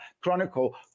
chronicle